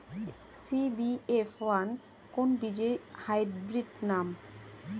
CBF one কোন বীজের hybrid নাম?